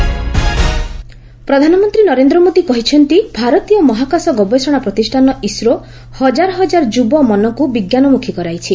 PM ISRO ପ୍ରଧାନମନ୍ତ୍ରୀ ନରେନ୍ଦ୍ର ମୋଦି କହିଛନ୍ତି ଭାରତୀୟ ମହାକାଶ ଗବେଷଣା ପ୍ରତିଷ୍ଠାନ ଇସ୍ରୋ ହକାର ହକାର ଯୁବ ମନକୁ ବିଜ୍ଞାନମୁଖୀ କରାଇଛି